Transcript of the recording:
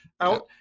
out